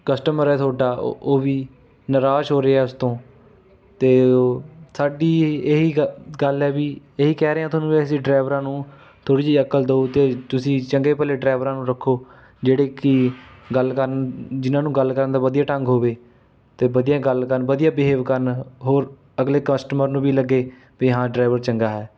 customer ਹੈ ਤੁਹਾਡਾ ਉਹ ਉਹ ਵੀ ਨਿਰਾਸ਼ ਹੋ ਰਿਹਾ ਉਸ ਤੋਂ ਅਤੇ ਓ ਸਾਡੀ ਏ ਇਹੀ ਗਾ ਗੱਲ ਹੈ ਵੀ ਇਹੀ ਕਹਿ ਰਿਹਾ ਤੁਹਾਨੂੰ ਇਹੋ ਜਿਹੇ ਡਰਾਈਵਰਾਂ ਨੂੰ ਥੋੜ੍ਹੀ ਜਿਹੀ ਅਕਲ ਦਿਉ ਅਤੇ ਤੁਸੀਂ ਚੰਗੇ ਭਲੇ ਡਰਾਈਵਰਾਂ ਨੂੰ ਰੱਖੋ ਜਿਹੜੇ ਕਿ ਗੱਲ ਕਰਨ ਜਿਨ੍ਹਾਂ ਨੂੰ ਗੱਲ ਕਰਨ ਦਾ ਵਧੀਆ ਢੰਗ ਹੋਵੇ ਅਤੇ ਵਧੀਆ ਗੱਲ ਕਰਨ ਵਧੀਆ ਬਿਹੇਵ ਕਰਨ ਹੋਰ ਅਗਲੇ ਕਸਟਮਰ ਨੂੰ ਵੀ ਲੱਗੇ ਵੀ ਹਾਂ ਡਰਾਈਵਰ ਚੰਗਾ ਹੈ